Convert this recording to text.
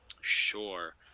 Sure